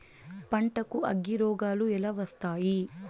పంటకు అగ్గిరోగాలు ఎలా వస్తాయి?